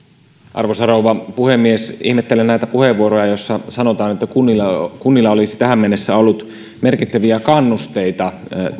arvoisa rouva puhemies ihmettelen näitä puheenvuoroja joissa sanotaan että kunnilla olisi tähän mennessä ollut merkittäviä kannusteita